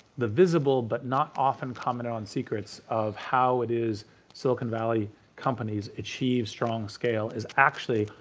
the visible but not often commented on secrets of how it is silicon valley companies achieve strong scale is actually,